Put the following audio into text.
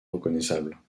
reconnaissables